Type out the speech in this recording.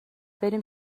بریم